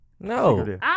No